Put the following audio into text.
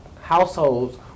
households